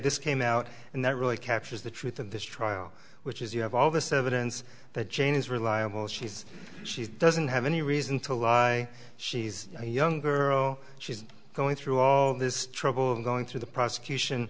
this came out and that really captures the truth of this trial which is you have all this evidence that jane is reliable she says she doesn't have any reason to lie she's a young girl she's going through all this trouble going through the prosecution